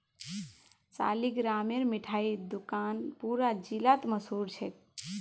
सालिगरामेर मिठाई दुकान पूरा जिलात मशहूर छेक